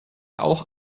auch